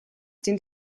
den